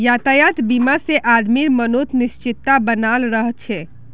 यातायात बीमा से आदमीर मनोत् निश्चिंतता बनाल रह छे